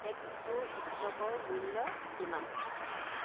টেস্কোৰ ইষ্ট'কৰ মূল্য কিমান